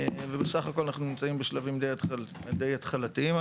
אנחנו נמצאים בשלבים די התחלתיים,